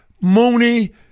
Mooney